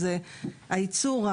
שהן ייצור,